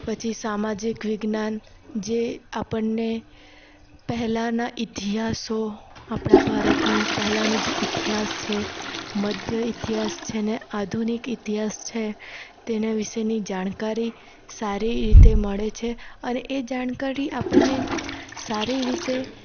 પછી સામાજિક વિજ્ઞાન જે આપણને પહેલાંના ઇતિહાસો આપણા ભારતનો પહેલાંનો જે ઇતિહાસ છે મધ્ય ઇતિહાસ છે ને આધુનિક ઇતિહાસ છે તેના વિષેની જાણકારી સારી રીતે મળે છે અને એ જાણકારી આપણને સારી રીતે